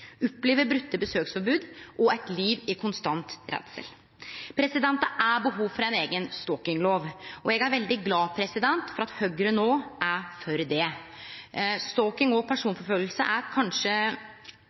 besøksforbod og eit liv i konstant redsel. Det er behov for ei eiga stalkinglov, og eg er veldig glad for at Høgre no er for det. Stalking og